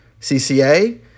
CCA